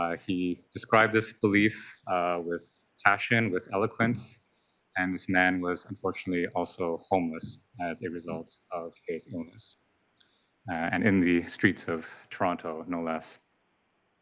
ah he described this belief with passion, with eloquence and this man was unfortunately also homeless as a result of his illness and in the streets of toronto no less.